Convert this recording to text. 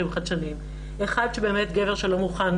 שהם חדשניים: 1. גבר שלא מוכן,